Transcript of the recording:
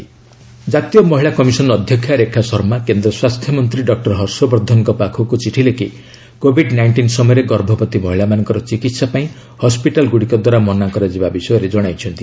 NCW chairperson ଜାତୀୟ ମହିଳା commission ଅଧ୍ୟକ୍ଷା ରେଖା ଶର୍ମା କେନ୍ଦ୍ର ସ୍ୱାସ୍ଥ୍ୟ ମନ୍ତ୍ରୀ ଡକୁର ହର୍ଷବର୍ଦ୍ଧନଙ୍କ ପାଖକୁ ଚିଠି ଲେଖି କୋଭିଡ୍ ନାଇଷ୍ଟିନ୍ ସମୟରେ ଗର୍ଭବତୀ ମହିଳାମାନଙ୍କର ଚିକିତ୍ସା ପାଇଁ ହସ୍ୱିଟାଲ୍ଗୁଡ଼ିକ ଦ୍ୱାରା ମନା କରାଯିବା ବିଷୟରେ ଜଣାଇଛନ୍ତି